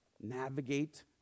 navigate